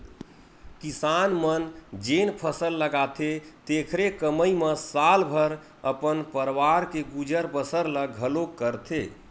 किसान मन जेन फसल लगाथे तेखरे कमई म साल भर अपन परवार के गुजर बसर ल घलोक करथे